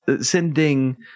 Sending